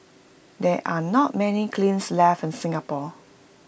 there are not many kilns left in Singapore